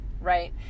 right